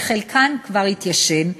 שחלקן כבר התיישנו,